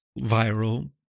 viral